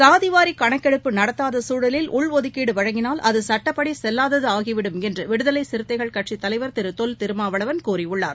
சாதிவாரிகணக்கெடுப்பு நடத்தாதகுழலில் உள்ஒதுக்கீடுவழங்கினால் அதுசட்டப்படிசெல்லாததாகிவிடும் என்று விடுதலைசிறுத்தைகள் கட்சித் தலைவர் திருதொல் திருமாவளவன் கூறியுள்ளார்